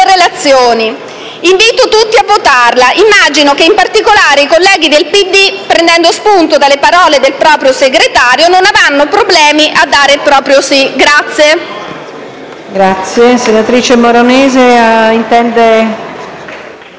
relazioni». Invito tutti a votarla. Immagino che in particolare i colleghi del PD, prendendo spunto dalle parole del proprio segretario, non avranno problemi a dare il proprio sì.